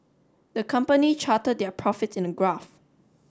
the company charted their profits in a graph